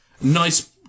Nice